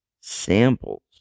samples